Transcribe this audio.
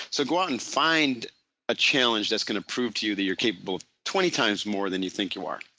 so, go out and find a challenge that's going to prove to you that you're capable twenty times more than you think you are.